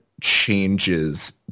changes